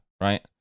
right